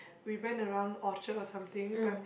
we went around Orchard or something but